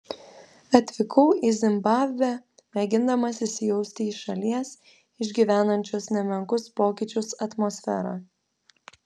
atvykau į zimbabvę mėgindamas įsijausti į šalies išgyvenančios nemenkus pokyčius atmosferą